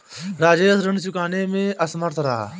राजेश ऋण चुकाने में असमर्थ रहा